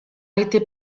été